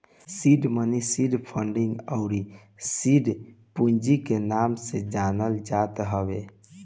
seed money seed funding अउरी seed पूंजी के नाम से जानल जात हवे